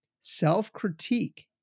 self-critique